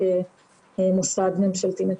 כחולים כרונית.